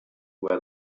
where